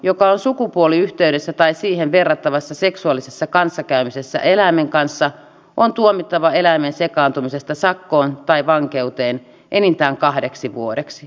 joka on sukupuoliyhteydessä tai siihen verrattavassa seksuaalisessa kanssakäymisessä eläimen kanssa on tuomittava eläimeen sekaantumisesta sakkoon tai vankeuteen enintään kahdeksi vuodeksi